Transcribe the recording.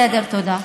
בסדר, תודה.